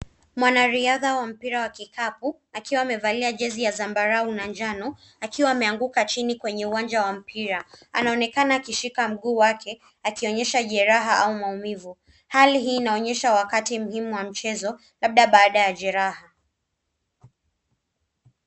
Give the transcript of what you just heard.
Mwanariadha wa mpira wa kikapu akiwa amevalia jezi ya zambarau na njano akiwa ameanguka chini kwenye uwanja wa mpira. Anaonekana akishika mguu wake akionyesha jeraha au maumivu. Hali hii inaonyesha wakati muhimu wa mchezo labda baada ya jeraha.